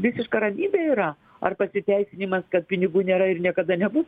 visiška ramybė yra ar pasiteisinimas kad pinigų nėra ir niekada nebus